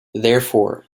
therefore